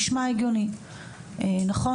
נשמע הגיוני נכון?